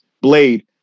Blade